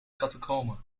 catacomben